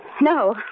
No